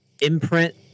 imprint